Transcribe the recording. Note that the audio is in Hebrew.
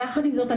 יחד עם זאת,